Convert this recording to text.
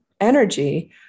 energy